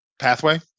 pathway